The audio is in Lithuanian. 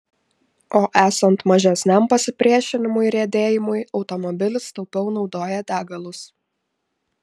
o esant mažesniam pasipriešinimui riedėjimui automobilis taupiau naudoja degalus